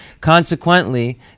Consequently